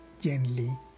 gently